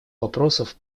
вопросов